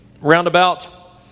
roundabout